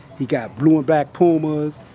he got blue and black pumas.